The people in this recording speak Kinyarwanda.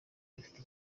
bifite